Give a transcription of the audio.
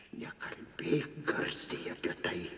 nekalbėk garsiai apie tai